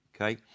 okay